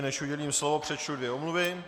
Než udělím slovo, přečtu dvě omluvy.